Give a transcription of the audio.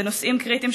את